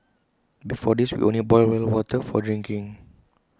before this we would only boil well water for drinking